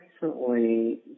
recently